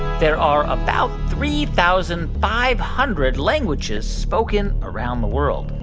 there are about three thousand five hundred languages spoken around the world?